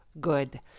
good